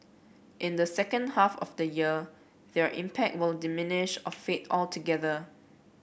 in the second half of the year their impact will diminish or fade altogether